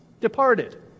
departed